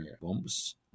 bombs